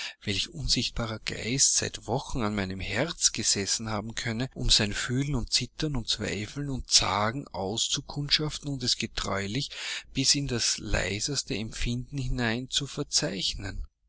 welch unsichtbarer geist seit wochen an meinem herzen gesessen haben könne um sein fühlen und zittern und zweifeln und zagen auszukundschaften und es getreulich bis in das leiseste empfinden hinein zu verzeichnen